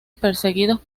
perseguidos